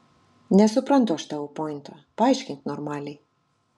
nesuprantu aš tavo pointo paaiškink normaliai